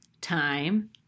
time